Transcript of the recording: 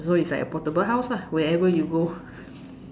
so it's like a portable house lah wherever you go